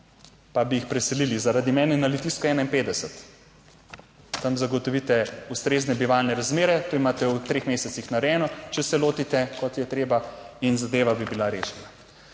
pa bi jih preselili. Zaradi mene na Litijski 51, tam zagotovite ustrezne bivalne razmere. To imate v treh mesecih narejeno, če se lotite kot je treba in zadeva bi bila rešena.